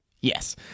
Yes